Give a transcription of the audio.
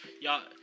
Y'all